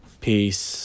Peace